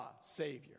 Savior